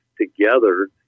together